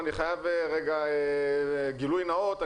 ואני חייב גילוי נאות.